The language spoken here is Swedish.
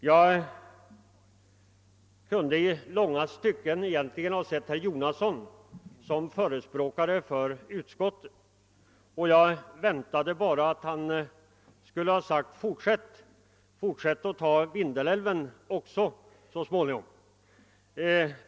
Jag kunde i långa stycken ha sett herr Jonasson som förespråkare för utskottet och jag väntade bara att han skulle säga: Fortsätt och tag Vindelälven också så småningom !